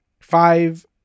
Five